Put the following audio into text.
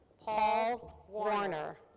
paul warner.